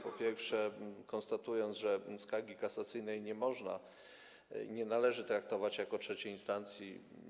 Po pierwsze, skonstatowała, że skargi kasacyjnej nie można, nie należy traktować jako trzeciej instancji.